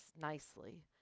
nicely